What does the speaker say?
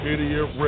Idiot